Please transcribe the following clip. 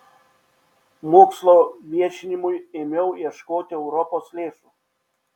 mokslo viešinimui ėmiau ieškoti europos lėšų